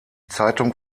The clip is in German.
zeitung